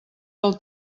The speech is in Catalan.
del